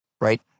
right